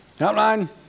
Outline